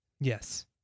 Yes